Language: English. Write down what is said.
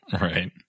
right